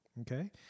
okay